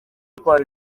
twari